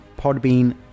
podbean